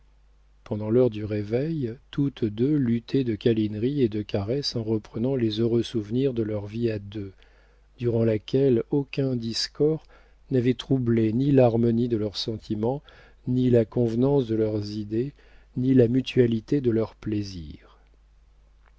pendant l'heure du réveil toutes deux luttaient de câlineries et de caresses en reprenant les heureux souvenirs de leur vie à deux durant laquelle aucun discord n'avait troublé ni l'harmonie de leurs sentiments ni la convenance de leurs idées ni la mutualité de leurs plaisirs